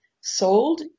sold